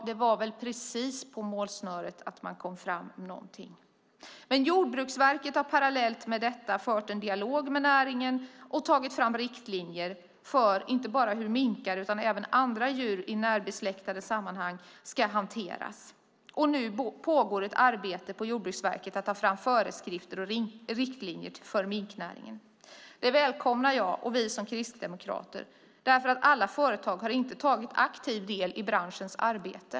Det var väl precis på målsnöret att man kom fram med någonting. Men Jordbruksverket har parallellt med detta fört en dialog med näringen och tagit fram riktlinjer för inte bara hur minkar utan även andra djur i närbesläktade sammanhang ska hanteras. Nu pågår ett arbete på Jordbruksverket med att ta fram föreskrifter och riktlinjer för minknäringen. Det välkomnar jag och vi som kristdemokrater därför att alla företag inte har tagit aktiv del i branschens arbete.